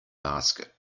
basket